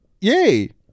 yay